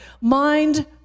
Mind